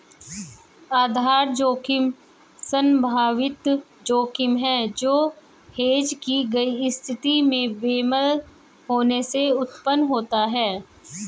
आधार जोखिम संभावित जोखिम है जो हेज की गई स्थिति में बेमेल होने से उत्पन्न होता है